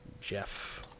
Jeff